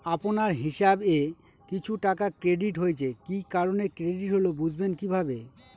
আপনার হিসাব এ কিছু টাকা ক্রেডিট হয়েছে কি কারণে ক্রেডিট হল বুঝবেন কিভাবে?